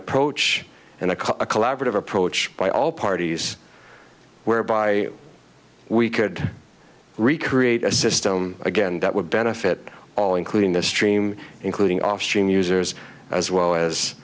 approach and i called a collaborative approach by all parties whereby we could recreate a system again that would benefit all including the stream including off stream users as well as